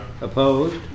opposed